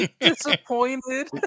Disappointed